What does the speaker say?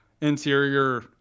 interior